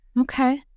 okay